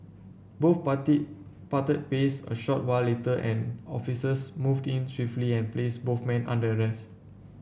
both party parted ways a short while later and officers moved in swiftly and placed both men under arrest